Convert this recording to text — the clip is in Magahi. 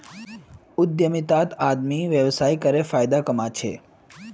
उद्यमितात आदमी व्यवसाय करे फायदा कमा छे